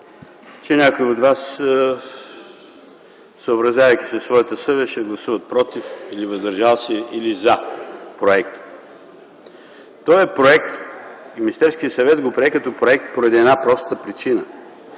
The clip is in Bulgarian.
че някой от вас, съобразявайки се със своята съвест, ще гласуват „против”, „въздържал се” или „за” проекта. Този проект Министерският съвет го прие като проект поради една проста причина,